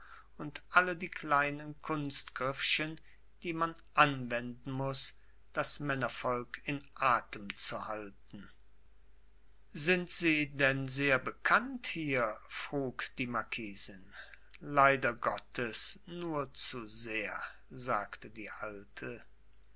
und alle die kleinen kunstgriffchen die man anwenden muß das männervolk in atem zu halten sind sie denn sehr bekannt hier frug die marquisin leider gottes nur zu sehr sagte die alte